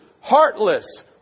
heartless